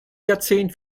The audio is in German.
jahrzehnt